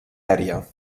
aèria